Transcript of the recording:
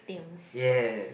ya